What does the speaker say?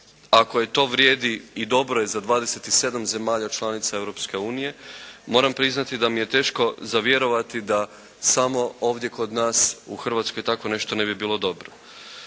ako i to vrijedi i dobro je za 27 zemalja članica Europske unije, moram priznati da mi je teško za vjerovati da samo ovdje kod nas u hrvatskoj tako nešto ne bi bilo dobro.